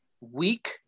weak